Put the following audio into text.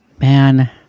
Man